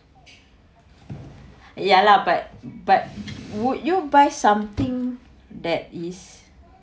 ya lah but but would you buy something that is